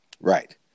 Right